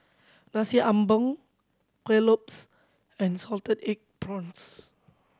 Nasi Ambeng Kuih Lopes and salted egg prawns